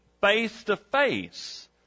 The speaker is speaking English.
face-to-face